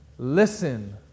Listen